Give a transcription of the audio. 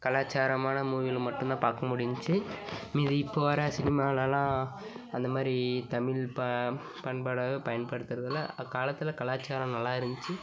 கலாச்சாரமான மூவியில் மட்டும் தான் பார்க்க முடிஞ்சிச்சு மீதி இப்போது வர்ற சினிமாலலாம் அந்தமாதிரி தமிழ் பண்பாடாக பயன்படுத்துறதில்லை அக்காலத்தில் கலாச்சாரம் நல்லா இருந்துச்சு